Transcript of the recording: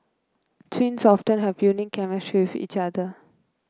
twins often have a unique chemistry with each other